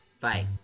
Bye